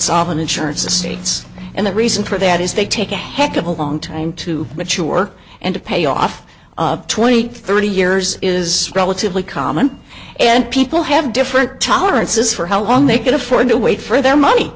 solvent insurance estates and the reason for that is they take a heck of a long time to mature and to pay off twenty thirty years is relatively common and people have different tolerances for how long they can afford to wait for their money